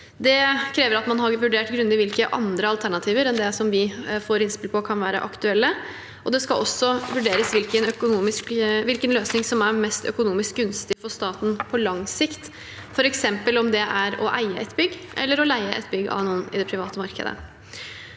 Det krever at man har vurdert grundig hvilke andre alternativer enn dem vi får innspill om, som kan være aktuelle. Det skal også vurderes hvilken løsning som er mest økonomisk gunstig for staten på lang sikt, f.eks. om det er å eie et bygg eller å leie et bygg av noen i det private markedet.